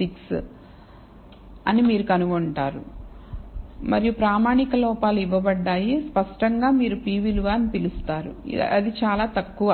6 అని మీరు కనుగొంటారు మరియు ప్రామాణిక లోపాలు ఇవ్వబడ్డాయి స్పష్టంగా మీరు p విలువ అని పిలుస్తారు అది చాలా తక్కువ